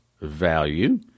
value